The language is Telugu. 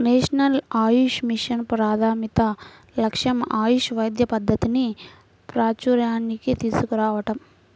నేషనల్ ఆయుష్ మిషన్ ప్రాథమిక లక్ష్యం ఆయుష్ వైద్య పద్ధతిని ప్రాచూర్యానికి తీసుకురావటం